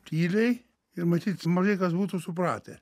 tyliai ir matyt mažai kas būtų supratę